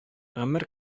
гомер